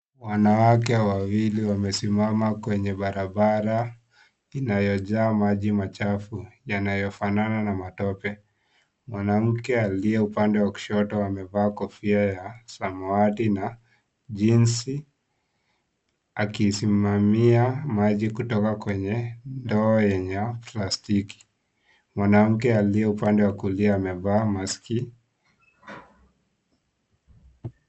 Wanawake wawili wamesimama kwenye barabara inayojaa maji machafu yanayofanana na matope. Mwanamke aliye upande wa kushoto amevaa kofia ya samawati na jeans akisimamia maji kutoka kwenye ndoo yenye plastiki. Mwanamke aliye upande wa kulia amevaa maski .